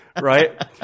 right